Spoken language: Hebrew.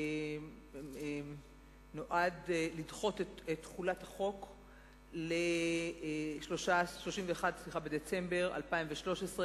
שנועד לדחות את תחולת החוק ל-31 בדצמבר 2013,